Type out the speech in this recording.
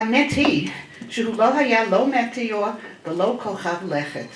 האמת היא, שהוא לא היה לא מטאור ולא כוכב לכת